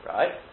Right